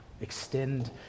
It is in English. extend